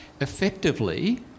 effectively